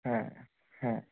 হ্যাঁ হ্যাঁ